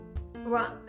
right